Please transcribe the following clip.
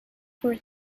for